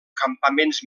campaments